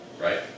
right